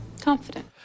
confident